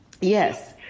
Yes